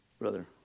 Brother